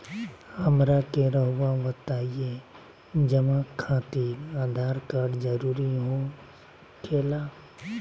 हमरा के रहुआ बताएं जमा खातिर आधार कार्ड जरूरी हो खेला?